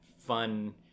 Fun